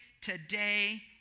today